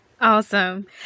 Awesome